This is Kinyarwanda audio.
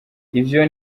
ivyo